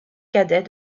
cadet